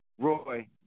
Roy